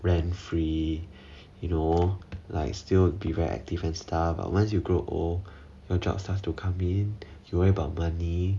rent free you know like still be very active and stuff but once you grow your job starts to come in you worry about money